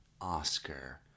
oscar